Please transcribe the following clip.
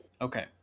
Okay